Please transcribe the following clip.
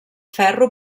ferro